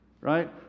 Right